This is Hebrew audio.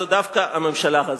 וזו דווקא הממשלה הזאת.